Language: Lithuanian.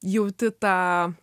jauti tą